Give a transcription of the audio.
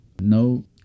No